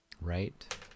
Right